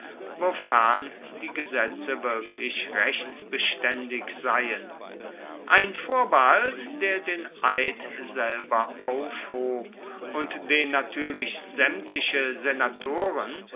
wofern die gesetze wirklich rechtsbeständig seien ein vorbehalt der den eid selber aufhob und den natürlich sämtliche senatoren